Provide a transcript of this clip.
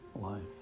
life